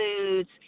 foods